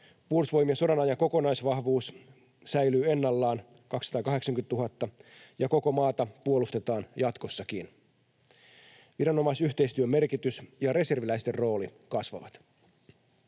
Puolustusvoimien sodanajan kokonaisvahvuus säilyy ennallaan, 280 000, ja koko maata puolustetaan jatkossakin. Viranomaisyhteistyön merkitys ja reserviläisten rooli kasvavat.